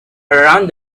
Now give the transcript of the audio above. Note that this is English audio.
around